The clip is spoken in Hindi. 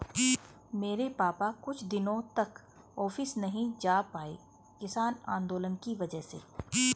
मेरे पापा कुछ दिनों तक ऑफिस नहीं जा पाए किसान आंदोलन की वजह से